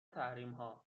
تحریمها